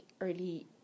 early